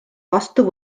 vastu